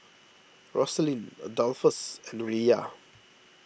Rosaline Adolphus and Riya